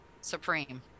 Supreme